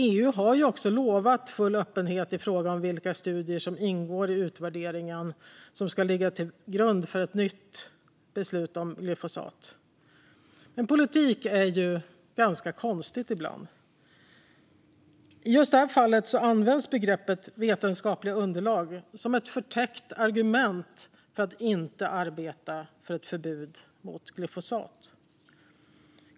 EU har också lovat full öppenhet i fråga om vilka studier som ingår i utvärderingen som ska ligga till grund för ett nytt beslut om glyfosat. Men politik är något ganska konstigt ibland. I just det här fallet används begreppet "vetenskapliga underlag" som ett förtäckt argument för att inte arbeta för ett förbud mot glyfosat.